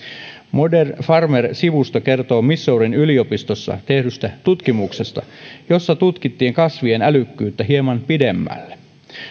modern farmer sivusto kertoo missourin yliopistossa tehdystä tutkimuksesta jossa tutkittiin kasvien älykkyyttä hieman pidemmälle